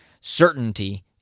certainty